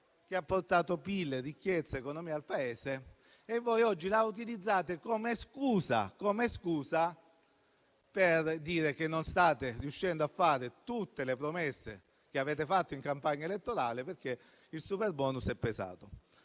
che ha portato PIL, ricchezza, economia al Paese e che voi oggi utilizzate come scusa, per dire che, se non state riuscendo a mantenere tutte le promesse che avete fatto in campagna elettorale, è perché il superbonus ha pesato.